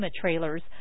trailers